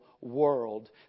world